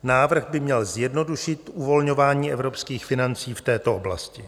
Návrh by měl zjednodušit uvolňování evropských financí v této oblasti.